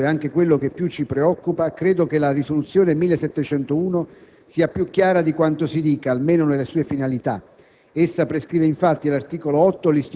Su questo punto, che è il più controverso e anche quello che più ci preoccupa, credo che la risoluzione 1701 sia più chiara di quanto si dica, almeno nelle sue finalità.